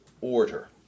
order